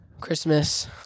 Christmas